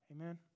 Amen